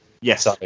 Yes